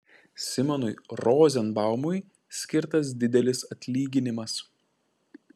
simonui rozenbaumui skirtas didelis atlyginimas